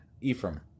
Ephraim